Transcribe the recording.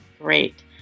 Great